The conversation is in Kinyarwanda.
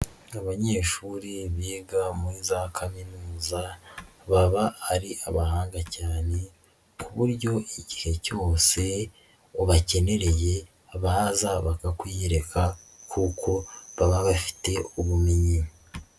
Abanyeshuri biga muri za kaminuza baba ari abahanga cyane ku buryo igihe cyose ubakenereye baza bakakwiyereka kuko baba bafite ubumenyi.